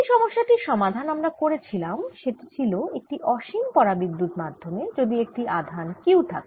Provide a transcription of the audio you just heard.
যেই সমস্যাটির সমাধান আমরা করেছিলাম সেটি ছিল একটি অসীম পরাবিদ্যুত মাধ্যমে যদি একটি আধান Q থাকে